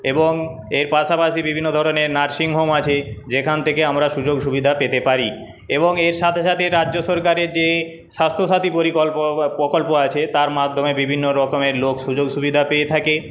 এবং এর পাশাপাশি বিভিন্ন ধরণের নার্সিং হোম আছে যেখান থেকে আমরা সুযোগ সুবিধা পেতে পারি এবং এর সাথে সাথে রাজ্য সরকারের যে স্বাস্থ্যসাথী পরিকল্প প্রকল্প আছে তার মাধ্যমে বিভিন্নরকমের লোক সুযোগ সুবিধা পেয়ে থাকে